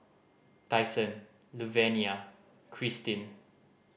Tyson Luvenia Krystin